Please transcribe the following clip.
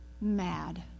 mad